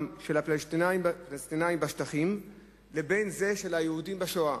של הפלסטינים בשטחים לבין זה של היהודים בשואה.